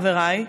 חבריי,